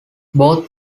both